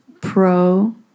Pro